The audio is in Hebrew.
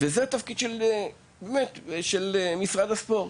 וזה התפקיד של משרד הספורט.